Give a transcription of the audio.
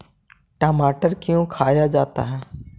टमाटर क्यों खाया जाता है?